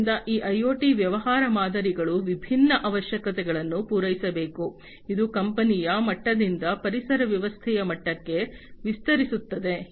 ಆದ್ದರಿಂದ ಈ ಐಒಟಿ ವ್ಯವಹಾರ ಮಾದರಿಗಳು ವಿಭಿನ್ನ ಅವಶ್ಯಕತೆಗಳನ್ನು ಪೂರೈಸಬೇಕು ಇದು ಕಂಪನಿಯ ಮಟ್ಟದಿಂದ ಪರಿಸರ ವ್ಯವಸ್ಥೆಯ ಮಟ್ಟಕ್ಕೆ ವಿಸ್ತರಿಸುತ್ತದೆ